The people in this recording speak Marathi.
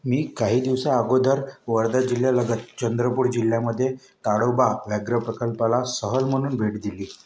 मी काही दिवसाअगोदर वर्धा जिल्ह्यालगत चंद्रपूर जिल्ह्यामध्ये ताडोबा व्याघ्र प्रकल्पाला सहल म्हणून भेट दिली